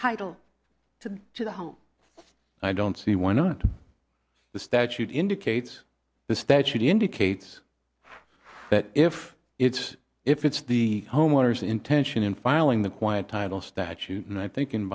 title to the to the home i don't see why not the statute indicates the statute indicates that if it's if it's the homeowners intention in filing the quiet title statute and i think in